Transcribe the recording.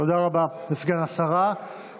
תודה רבה לסגן השרה.